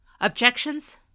Objections